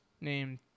named